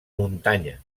muntanya